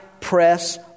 press